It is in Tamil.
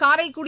காரைக்குடி